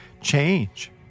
change